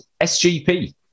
SGP